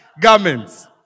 Garments